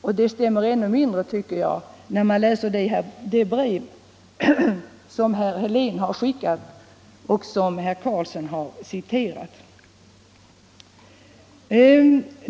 Och det stämmer ännu mindre när man läser det brev som herr Helén har skickat och som herr Karlsson i Huskvarna här citerade.